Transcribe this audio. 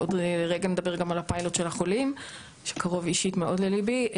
עוד רגע נדבר גם על הפיילוט של החולים שקרוב אישית מאוד לליבי.